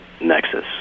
nexus